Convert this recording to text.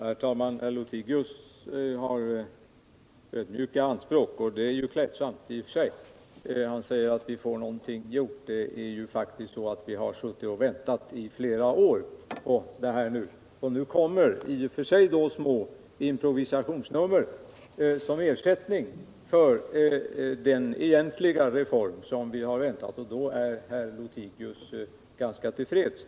Herr talman! Herr Lothigius har ödmjuka anspråk, och det är ju i och för sig klädsamt. Han säger att man får någonting gjort, men vi har faktiskt suttit och väntat i flera år. Nu kommer små improvisationsnummer som ersättning för den reform som vi egentligen har väntat på, och då är herr Lothigius ganska till freds.